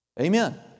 Amen